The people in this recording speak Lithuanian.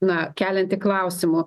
na kelianti klausimų